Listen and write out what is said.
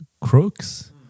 crooks